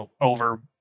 over